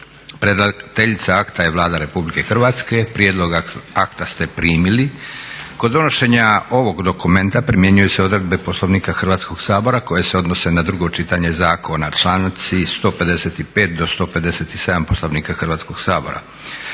Predlagateljica akta je Vlada RH. Prijedlog akta ste primili. Kod donošenja ovog dokumenta primjenjuju se odredbe Poslovnika Hrvatskog sabora koje se odnose na drugo čitanje zakona, članci 155.do 157. Poslovnika Hrvatskog sabora.